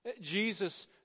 jesus